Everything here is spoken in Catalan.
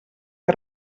que